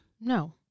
No